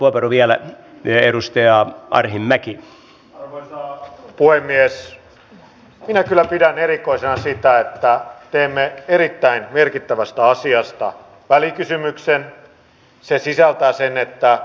kyseisten momenttien määrärahat tulee valiokunnan mielestä pitää vähintään sillä tasolla että tarvittaessa pystytään aloittamaan kiireellinen uusi operaatio ilman lisätalousarviomenettelyä